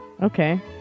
Okay